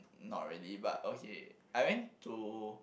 not really but okay I went to